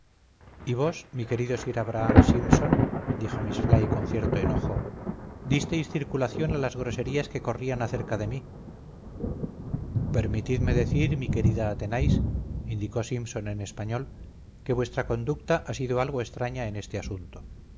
y vos mi querido sir abraham simpson dijo miss fly con cierto enojo disteis circulación a las groserías que corrían acerca de mí permitidme decir mi querida athenais indicó simpson en español que vuestra conducta ha sido algo extraña en este asunto